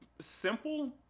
simple